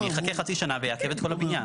אחכה חצי שנה ואעכב את כל הבניין.